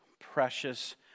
precious